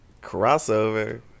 Crossover